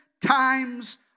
times